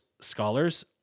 scholars